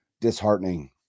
disheartening